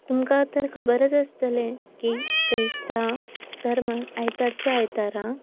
तुमकां तर खबरच आसतलें की क्रिस्तांव धर्मान आयतारच्या आयतारां